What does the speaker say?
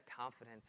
confidence